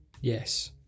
Yes